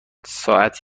ساعت